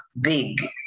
big